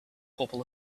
couple